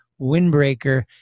windbreaker